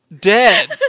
dead